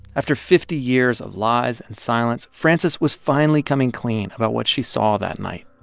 after fifty years of lies and silence, frances was finally coming clean about what she saw that night.